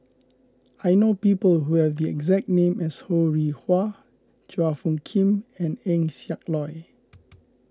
I know people who have the exact name as Ho Rih Hwa Chua Phung Kim and Eng Siak Loy